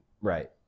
Right